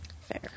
fair